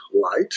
light